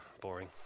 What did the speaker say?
boring